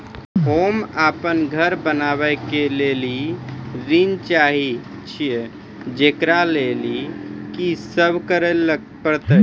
होम अपन घर बनाबै के लेल ऋण चाहे छिये, जेकरा लेल कि सब करें परतै?